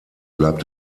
bleibt